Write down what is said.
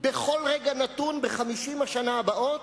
בכל רגע נתון ב-50 השנה הבאות,